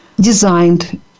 designed